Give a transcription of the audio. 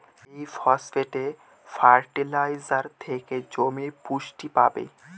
এই phosphate fertiliser থেকে জমি পুষ্টি পাবে